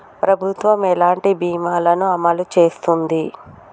ప్రభుత్వం ఎలాంటి బీమా ల ను అమలు చేస్తుంది?